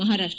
Maharashtra